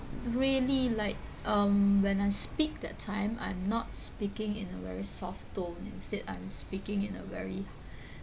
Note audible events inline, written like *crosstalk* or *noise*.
really like um when I speak that time I'm not speaking in a very soft tone instead I'm speaking in a very *breath*